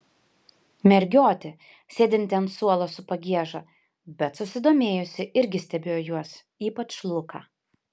mergiotė sėdinti ant suolo su pagieža bet susidomėjusi irgi stebėjo juos ypač luką